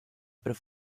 per